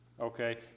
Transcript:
Okay